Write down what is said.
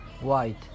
white